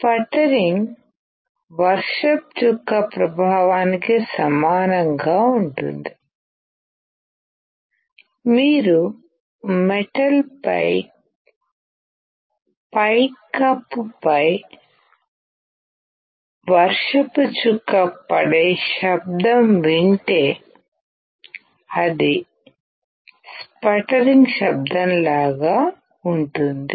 sputtering వర్షపు చుక్క ప్రభావానికి సమానంగా ఉంటుంది మీరు మెటల్ పై కప్పు పై వర్షపు చుక్క పడే శబ్దం వింటే అది స్పట్టరింగ్ శబ్దం లాగా ఉంటుంది